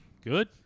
Good